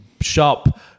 shop